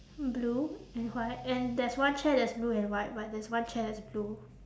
mm blue and white and there's one chair that's blue and white but there's one chair that's blue